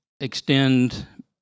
extend